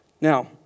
Now